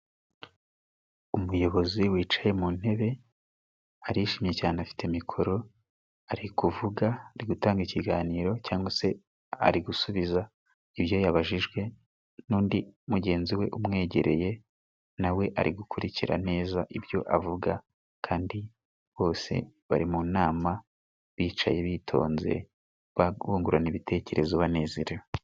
Umuyobozi wicaye mu ntebe arishimye cyane afite mikoro ari kuvuga, ari gutanga ikiganiro cyangwa se ari gusubiza ibyo yabajijwe. N'undi mugenzi we umwegereye nawe ari gukurikira neza ibyo avuga, kandi bose bari mu nama bicaye bitonze ba bungurana ibitekerezo banezerewe.